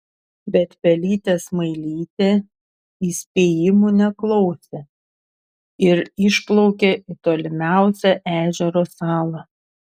bet pelytė smailytė įspėjimų neklausė ir išplaukė į tolimiausią ežero salą